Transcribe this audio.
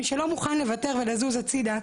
מי שלא מוכן לוותר ולזוז הצידה,